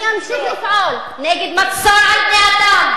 אני אמשיך לפעול נגד מצור על בני-אדם,